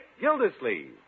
Gildersleeve